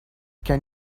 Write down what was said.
can